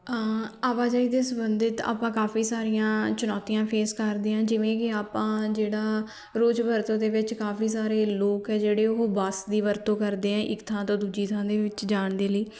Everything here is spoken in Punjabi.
ਆਵਾਜਾਈ ਦੇ ਸੰਬੰਧਿਤ ਆਪਾਂ ਕਾਫੀ ਸਾਰੀਆਂ ਚੁਣੌਤੀਆਂ ਫੇਸ ਕਰਦੇ ਹਾਂ ਜਿਵੇਂ ਕਿ ਆਪਾਂ ਜਿਹੜਾ ਰੋਜ਼ ਵਰਤੋਂ ਦੇ ਵਿੱਚ ਕਾਫੀ ਸਾਰੇ ਲੋਕ ਹੈ ਜਿਹੜੇ ਉਹ ਬੱਸ ਦੀ ਵਰਤੋਂ ਕਰਦੇ ਆ ਇੱਕ ਥਾਂ ਤੋਂ ਦੂਜੀ ਥਾਂ ਦੇ ਵਿੱਚ ਜਾਣ ਦੇ ਲਈ